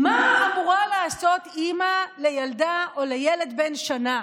מה אמורה לעשות אימא לילדה או לילד בן שנה?